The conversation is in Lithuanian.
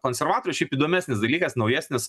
konservatorių šiaip įdomesnis dalykas naujesnis